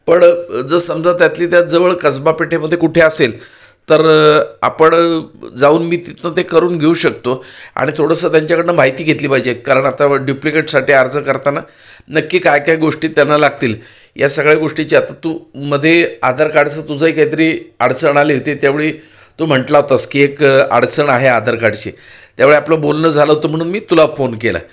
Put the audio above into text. पण जर समजा त्यातली त्यात जवळ कसबा पेठेमध्ये कुठे असेल तर आपण जाऊन मी तिथनं ते करून घेऊ शकतो आणि थोडंसं त्यांच्याकडनं माहिती घेतली पाहिजे कारण आता ड्युप्लिकेटसाठी अर्ज करताना नक्की काय काय गोष्टी त्यांना लागतील या सगळ्या गोष्टीची आता तू मधे आधार कार्डचं तुझंही काहीतरी अडचण आली होती त्यावेळी तू म्हटला होतास की एक अडचण आहे आधार कार्डची त्यावेळी आपलं बोलणं झालं होतं म्हणून मी तुला फोन केला